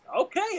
Okay